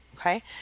okay